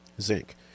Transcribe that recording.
zinc